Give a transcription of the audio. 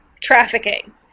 trafficking